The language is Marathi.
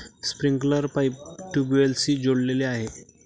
स्प्रिंकलर पाईप ट्यूबवेल्सशी जोडलेले आहे